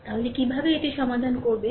তাহলে কীভাবে এটি সমাধান করবেন